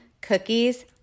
cookies